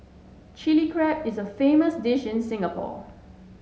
Chilli Crab is a famous dish in Singapore